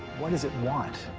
what does it want?